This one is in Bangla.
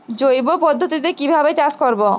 জৈব পদ্ধতিতে কিভাবে চাষ করব?